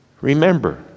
Remember